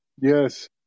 Yes